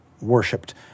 worshipped